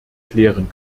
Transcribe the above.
klären